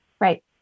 Right